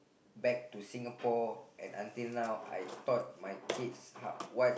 back to Singapore and until now I taught my kids how what